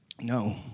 No